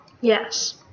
Yes